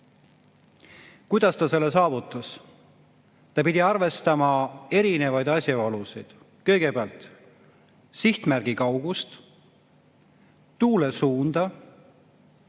Kuidas ta selle saavutas? Ta pidi arvestama erinevaid asjaolusid, kõigepealt sihtmärgi kaugust, tuule suunda,